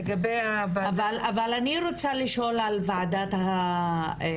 לגבי ה -- אבל אני רוצה לשאול על וועדת החריגים,